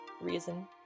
reason